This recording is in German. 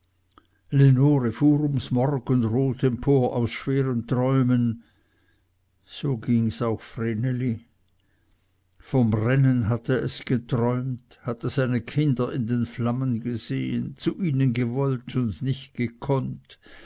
ums morgenrot empor aus schweren träumen so gings auch vreneli vom brennen hatte es geträumt hatte seine kinder in den flammen gesehen zu ihnen gewollt und nicht gekonnt